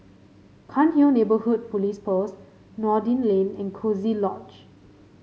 Cairnhill Neighbourhood Police Post Noordin Lane and Coziee Lodge